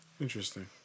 interesting